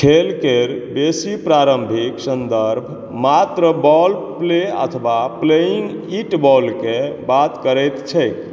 खेलके बेसी प्रारम्भिक सन्दर्भ मात्र बॉल प्ले अथवा प्लेइंग इट बॉलके बात करै छै